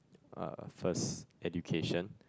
uh first education